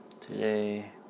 today